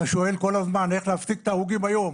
אתה כל הזמן שואל איך להפסיק את ההרוגים היום